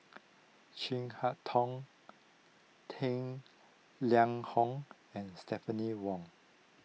Chin Harn Tong Tang Liang Hong and Stephanie Wong